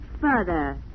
further